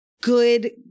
good